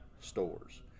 stores